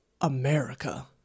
America